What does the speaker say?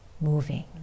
moving